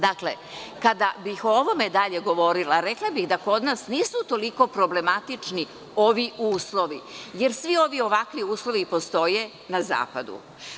Dakle, kada bih o ovome dalje govorila rekla bih da kod nas nisu toliko problematični ovi uslovi, jer svi ovi ovakvi uslovi postoje na zapadu.